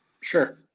Sure